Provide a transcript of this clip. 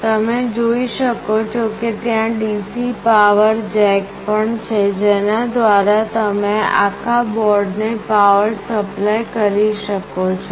તમે જોઈ શકો છો કે ત્યાં DC પાવર જેક પણ છે જેના દ્વારા તમે આખા બોર્ડને પાવર સપ્લાય કરી શકો છો